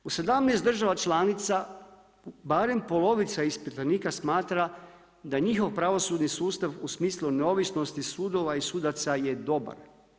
U 17 država članica barem polovica ispitanika smatra da njihov pravosudni sustav u smislu neovisnosti sudova i sudaca je dobar.